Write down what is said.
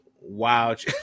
wild